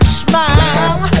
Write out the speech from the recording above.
smile